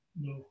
No